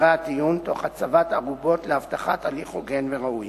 מהסדרי הטיעון תוך הצבת ערובות להבטחת הליך הוגן וראוי.